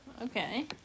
Okay